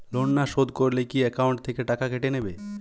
Loan না শোধ করলে কি একাউন্ট থেকে টাকা কেটে নেবে?